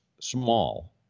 small